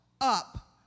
up